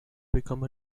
become